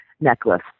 necklace